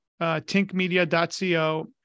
tinkmedia.co